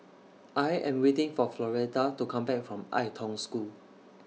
I Am waiting For Floretta to Come Back from Ai Tong School